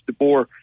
DeBoer